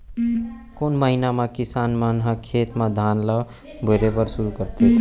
कोन महीना मा किसान मन ह खेत म धान ला बोये बर शुरू कर देथे?